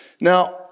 Now